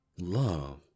love